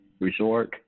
Resort